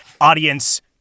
audience